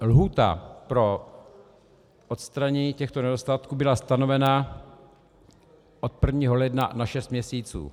Lhůta pro odstranění těchto nedostatků byla stanovena od 1. ledna na šest měsíců.